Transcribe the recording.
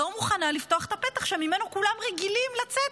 לא מוכנה לפתוח את הפתח שממנו כולם רגילים לצאת.